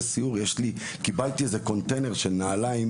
קיבלתי איזה קונטיינר של נעלים,